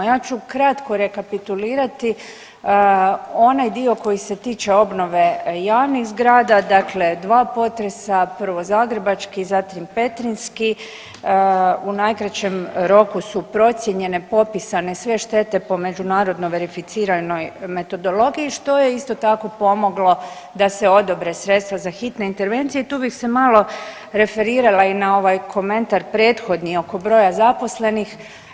Ja ću kratko rekapitulirati onaj dio koji se tiče obnove javnih zgrada, dakle dva potresa prvo zagrebački zatim petrinjski u najkraćem roku su procijenjene popisane sve štete po međunarodno verificiranoj metodologiji što je isto tako pomoglo da se odobre sredstva za hitne intervencije i tu bih se malo referirala i na ovaj komentar prethodni oko broja zaposlenih.